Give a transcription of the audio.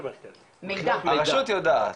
הרשות יודעת,